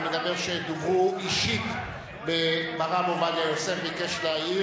אומר שדיברו אישית ברב עובדיה יוסף,